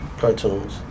Cartoons